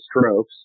strokes